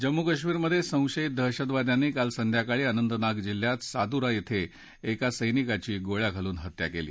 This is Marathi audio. जम्मू कश्मीरमधे संशयित दहशतवाद्यांनी काल संध्याकाळी अनंतनाग जिल्ह्यात सादूरा श्रे एका सैनिकाची गोळया घालून हत्या केली